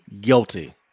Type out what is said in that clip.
guilty